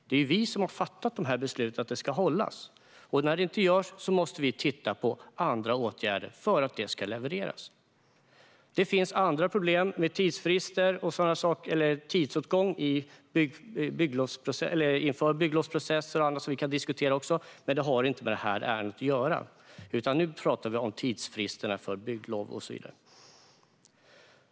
Det är ju vi som har fattat beslut om att de ska hållas, och när detta inte görs måste vi titta på andra åtgärder för att detta ska levereras. Det finns andra problem med tidsfrister och tidsåtgång inför bygglovsprocesser och annat som vi också kan diskutera, men de har inte med detta ärende att göra. Nu pratar vi om tidsfristerna för bygglov och så vidare.